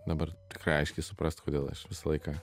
dabar tikrai aiškiai suprast kodėl aš visą laiką